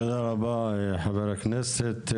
תודה רבה חבר הכנסת.